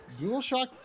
DualShock